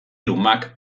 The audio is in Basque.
lumak